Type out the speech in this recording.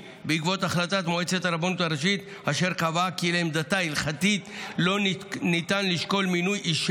בפסק דינו של בית המשפט העליון מחודש ינואר 2024,